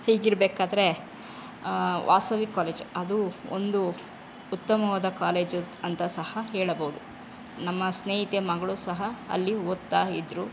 ಹೀಗಿರಬೇಕಾದ್ರೆ Vasavi college ಅದು ಒಂದು ಉತ್ತಮವಾದ ಕಾಲೇಜು ಅಂತ ಸಹ ಹೇಳಬಹುದು ನಮ್ಮ ಸ್ನೇಹಿತೆ ಮಗಳು ಸಹ ಅಲ್ಲಿ ಓದ್ತಾ ಇದ್ದರು